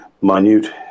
minute